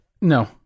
No